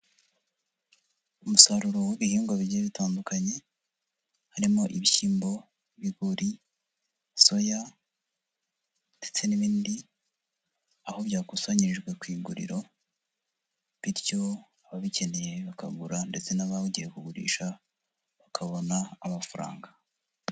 Umusaruro w'ibihingwa bigiye bitandukanye harimo ibishyimbo, ibigori, soya ndetse n'ibindi aho byakusanyirijwe ku iguriro bityo ababikeneye bakagura ndetse n'abagiye kugurisha bakabona amafaranga.